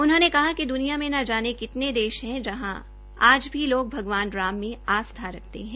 उन्होंने कहा कि दुनिया में न जाने कितने देश है जहां आज भी लोग भगवान राम में आस्था रखते है